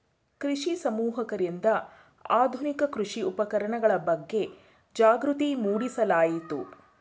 ಕೃಷಿ ಸಮೂಹಕರಿಂದ ಆಧುನಿಕ ಕೃಷಿ ಉಪಕರಣಗಳ ಬಗ್ಗೆ ಜಾಗೃತಿ ಮೂಡಿಸಲಾಯಿತು